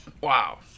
wow